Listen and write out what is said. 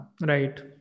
Right